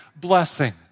blessing